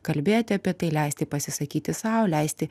kalbėti apie tai leisti pasisakyti sau leisti